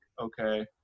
okay